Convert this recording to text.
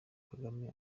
kagame